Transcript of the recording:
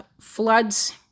floods